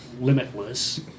limitless